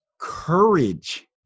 courage